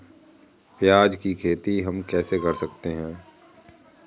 प्याज की खेती हम कैसे कर सकते हैं?